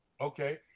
Okay